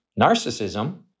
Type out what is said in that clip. narcissism